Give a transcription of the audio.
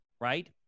right